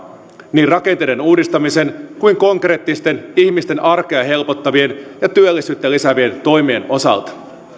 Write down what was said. niin rakenteiden uudistamisen kuin konkreettisten ihmisten arkea helpottavien ja työllisyyttä lisäävien toimien osalta